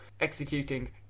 Executing